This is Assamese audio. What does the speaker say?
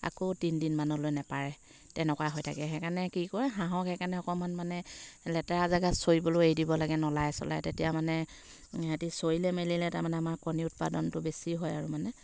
আকৌ তিনদিনমানলৈ নেপাৰে তেনেকুৱা হৈ থাকে সেইকাৰণে কি কৰে হাঁহক সেইকাৰণে অকণমান মানে লেতেৰা জেগাত চৰিবলৈও এৰি দিব লাগে নলাই চলাই তেতিয়া মানে সিহঁতি চৰিলে মেলিলে তাৰমানে আমাৰ কণী উৎপাদনটো বেছি হয় আৰু মানে